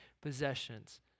possessions